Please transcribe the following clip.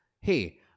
hey